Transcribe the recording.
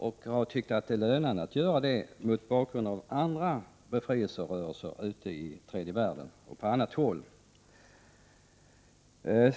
De har också funnit att det lönar sig att göra det mot bakgrund av erfarenheterna av andra befrielserörelser i tredje världen och på annat håll.